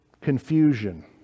Confusion